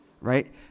right